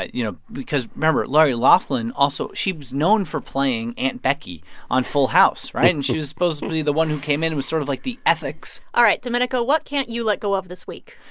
ah you know, because remember lori loughlin also she's known for playing aunt becky on full house, right? and she was supposed to be the one who came in and was sort of, like, the ethics all right, domenico, what can't you let go of this week?